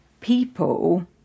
people